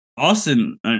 Austin